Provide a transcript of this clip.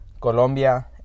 Colombia